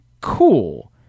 cool